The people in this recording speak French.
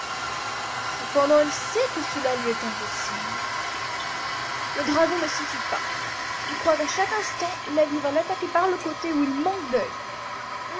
cependant il sait que cela lui est impossible le dragon ne s'y fie pas il croit qu'à chaque instant l'aigle va l'attaquer par le côté où il manque d'oeil